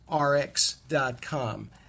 Rx.com